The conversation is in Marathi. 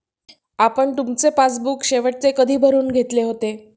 आपण तुमचे पासबुक शेवटचे कधी भरून घेतले होते?